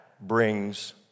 brings